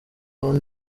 one